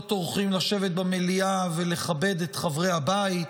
לא טורחים לשבת במליאה ולכבד את חברי הבית